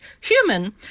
human